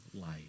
life